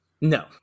No